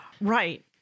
Right